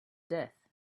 death